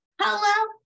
Hello